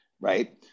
Right